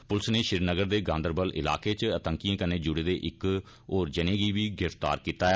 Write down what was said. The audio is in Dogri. पुलस नै श्रीनगर दे गांदरबल इलाकें इच आतंकिएं कन्नै जुड़े दे इक जने गी बी गिरफ्तार कीता ऐ